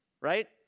right